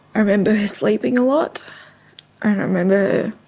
i remember her sleeping a lot and i remember